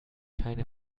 keine